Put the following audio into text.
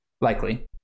Likely